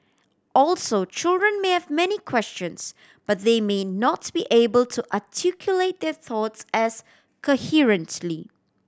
also children may have many questions but they may not be able to articulate their thoughts as coherently